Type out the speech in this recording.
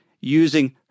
using